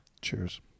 Cheers